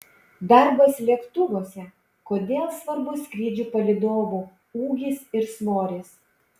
darbas lėktuvuose kodėl svarbus skrydžių palydovų ūgis ir svoris